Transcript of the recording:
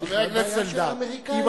זו בכלל בעיה של האמריקנים.